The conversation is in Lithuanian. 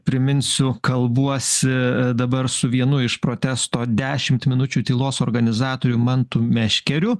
priminsiu kalbuosi dabar su vienu iš protesto dešimt minučių tylos organizatoriui mantu meškeriu